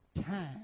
time